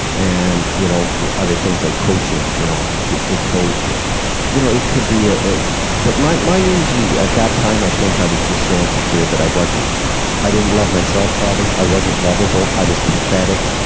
and you know other things like coaching you know good good coach or, you know it could be ah but mine mine usually, at that time, i think i was just so insecure that i wasn't i didn't love myself, probably. i wasn't lovable. i was pathetic.